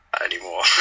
anymore